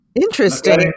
Interesting